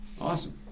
awesome